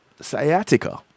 sciatica